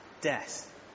death